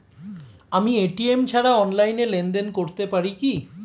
আমি এ.টি.এম ছাড়া অনলাইনে লেনদেন করতে পারি কি?